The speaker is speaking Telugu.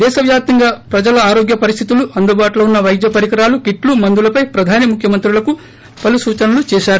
దేశవ్యాప్తంగా ప్రజల ఆరోగ్య పరిస్థితులు అందుబాటులో ఉన్న వైద్య పరికరాలు కీట్లు మందులపై ప్రధాని ముఖ్యమంత్రులకు పలు సూచనలు చేశారు